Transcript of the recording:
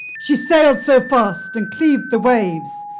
she sailed so fast and cleaved the waves.